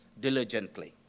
diligently